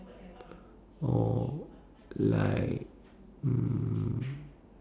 or like hmm